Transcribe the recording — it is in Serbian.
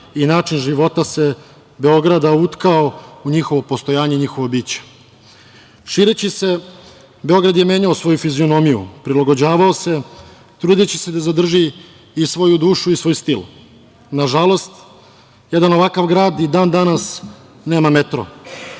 i način života Beograda se utkao u njihovo postojanje i njihovo biće. Šireći se, Beograd je menjao svoju fizionomiju, prilagođavao se, trudeći se da zadrži i svoju dušu i svoj stil. Nažalost, jedan ovakav grad i dan danas nema metro.